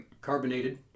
carbonated